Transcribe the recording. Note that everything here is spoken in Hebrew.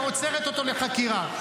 היא עוצרת אותו לחקירה.